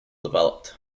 developed